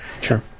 Sure